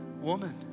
Woman